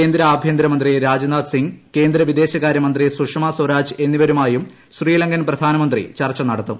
കേന്ദ്ര ആഭ്യന്തരമന്ത്രി രാജ്നാഥ് സിംഗ് കേന്ദ്രവിദേശകാരൃമന്ത്രി സുഷമ സ്വരാജ് എന്നിവരുമായും ശ്രീലങ്കൻ പ്രധാനമന്ത്രി ചർച്ച നടത്തും